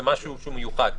זה משהו שהוא מיוחד.